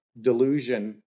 delusion